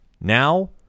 now